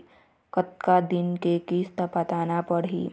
कतका दिन के किस्त पटाना पड़ही?